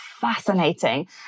fascinating